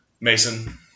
Mason